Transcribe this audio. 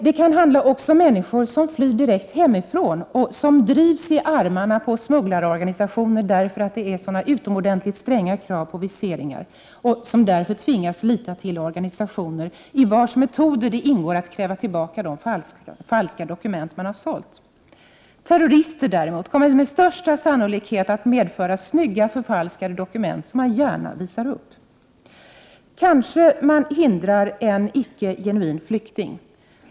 Det kan också handla om människor som flyr direkt hemifrån. De drivs i armarna på smugglarorganisationer därför att det råder sådana utomordentligt stränga krav på viseringar. Därför tvingas de lita till organisationer i vars metoder det ingår att kräva tillbaka de falska dokument de sålt. Terrorister däremot kommer med största sannolikhet att medföra snygga förfalskade dokument, som de gärna visar upp. Kanske en icke genuin flykting hindras med de föreslagna åtgärderna.